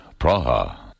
Praha